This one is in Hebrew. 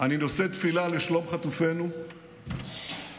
אני נושא תפילה לשלום חטופינו, אחינו,